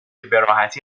براحتی